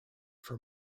for